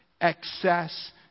excess